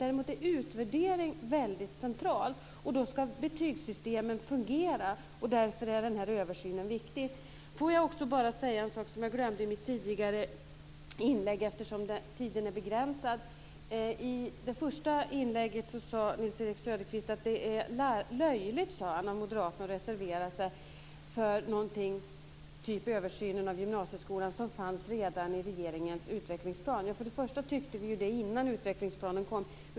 Däremot är utvärdering väldigt centralt, och då ska betygssystemen fungera. Därför är det angeläget med denna översyn. I det första inlägget sade Nils-Erik Söderqvist att han tyckte att det var löjligt av moderaterna att reservera sig för någonting - t.ex. översyn av gymnasieskolan - som fanns med redan i regeringens utvecklingsplan. För det första tyckte vi det innan utvecklingsplanen presenterades.